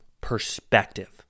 perspective